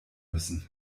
müssen